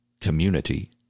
community